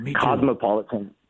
Cosmopolitan